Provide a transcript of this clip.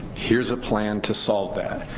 here's a plan to solve that,